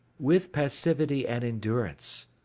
with passivity and endurance.